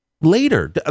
later